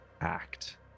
act